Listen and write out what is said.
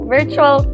Virtual